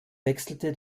wechselte